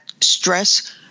stress